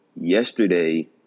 yesterday